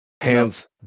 Hands